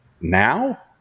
now